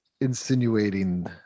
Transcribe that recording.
insinuating